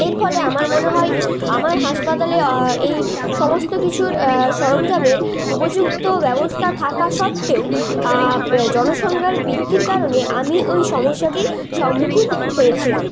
এর ফলে আমার মনে হয় আমার হাসপাতালে এই সমস্ত কিছুর সরঞ্জামের উপযুক্ত ব্যবস্থা থাকা সত্ত্বেও জনসংখ্যার বৃদ্ধির কারণে আমি ওই সমস্যাটির সম্মুখীন হয়েছিলাম